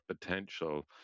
potential